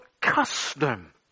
custom